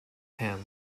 ham